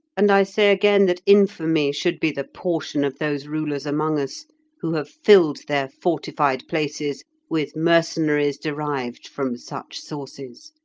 and i say again that infamy should be the portion of those rulers among us who have filled their fortified places with mercenaries derived from such sources.